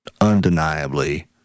Undeniably